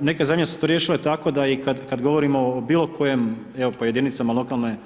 neke zemlje su to riješile tako da i kad govorimo o bilokojem evo po jedinicama lokalne